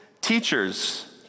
teachers